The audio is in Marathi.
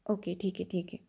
ओके ठीक आहे ठीक आहे